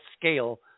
scale